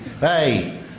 Hey